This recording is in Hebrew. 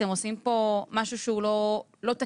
אתם עושים פה משהו שהוא לא תקין.